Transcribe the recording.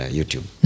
YouTube